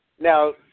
Now